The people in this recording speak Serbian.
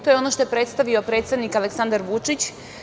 To je ono što je predstavio predsednik Aleksandar Vučić.